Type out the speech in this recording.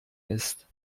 ist